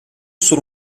solo